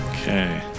Okay